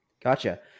Gotcha